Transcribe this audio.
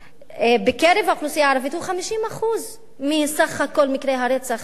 בקרב האוכלוסייה הערבית הוא 50% מכלל מקרי הרצח בישראל,